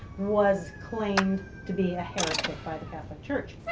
was claimed to be a heretic by the catholic church,